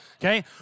okay